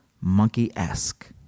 monkey-esque